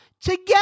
Together